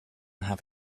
have